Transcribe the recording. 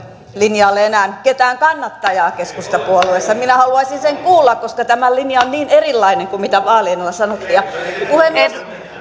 linjalle enää ketään kannattajaa keskustapuolueessa minä haluaisin sen kuulla koska tämä linja on niin erilainen kuin mitä vaalien alla sanoitte puhemies